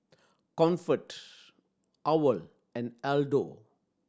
Comfort owl and Aldo